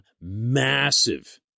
massive